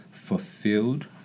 fulfilled